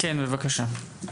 כן, בבקשה.